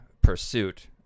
pursuit